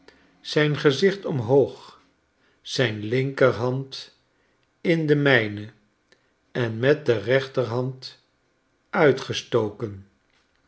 zijn gezicht omhoog zijn linkerhand in de myne en met de rechterhand uitgestoken